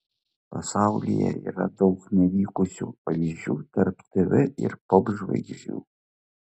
pasaulyje yra daug nevykusių pavyzdžių tarp tv ir popžvaigždžių